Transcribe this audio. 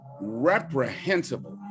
reprehensible